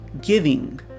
giving